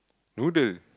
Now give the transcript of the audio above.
noodle